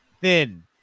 thin